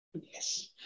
yes